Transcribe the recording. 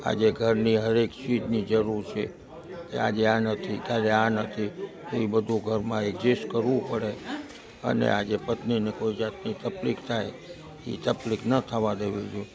આજે ઘરની હરેક ચીજની જરૂર છે કે આજે આ નથી કે આજે આ નથી એ બધું ઘરમાં એકઝેસ કરવું પડે અને આજે પત્નીને કોઈ જાતની તકલીફ થાય ઇ તકલીફ ન થવા દેવી જો